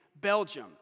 Belgium